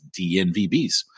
DNVBs